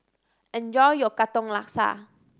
enjoy your Katong Laksa